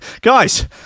Guys